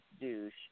douche